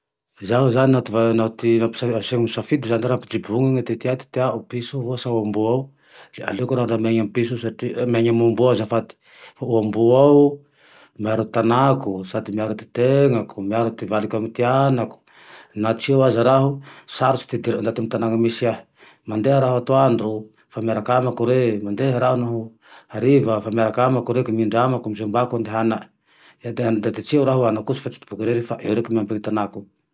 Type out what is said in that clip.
Zaho zane naho ty asaina misafidy zane raha ampijoboniny ty tea ty teao piso sa amboao? Le aleoko raha miainy amy piso io satria, miainy amy amboa ao azafady, o amboa ao miaro tanako sady miaro ty tenako, miaro ty valiko amy ty anako, na tsy eo aza raho sarotsy ty idioran'ny ndaty amy tanana misy ahy, mandeha raho atoandro fa miaraky amako ere, mandeha raho naho hariva fa miaraky amako reke minrda amako ze ombako andehanany, na de tsy eo aho anako io fa tsy toboky irery fa eo reke miambiny tanako io.